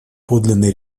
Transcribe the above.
подлинной